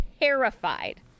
terrified